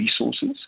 resources